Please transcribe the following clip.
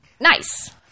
Nice